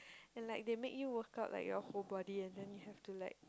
and like they make you work out like your whole body and then you have to like